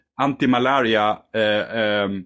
anti-malaria